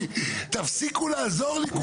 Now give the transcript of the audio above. תפסיקו לעזור לי כולכם.